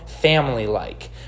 family-like